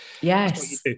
yes